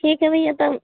ठीक है भैया तो हम